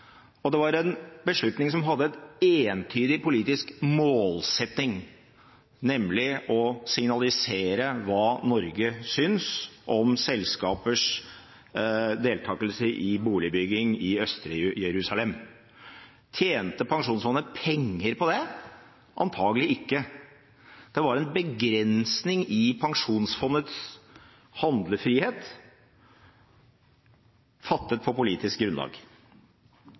og det var en beslutning som hadde en entydig politisk målsetting, nemlig å signalisere hva Norge synes om selskapers deltakelse i boligbygging i det østlige Jerusalem. Tjente Pensjonsfondet penger på det? – Antakelig ikke, det var en begrensning i Pensjonsfondets handlefrihet fattet på politisk grunnlag.